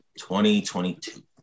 2022